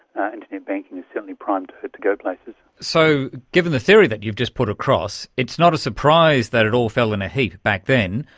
and banking is certainly primed to go places. so given the theory that you've just put across, it is not a surprise that it all fell in a heap back then,